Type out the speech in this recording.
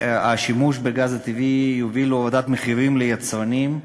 השימוש בגז הטבעי יוביל להורדת מחירים ליצרנים,